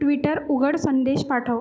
Twitter उघड संदेश पाठव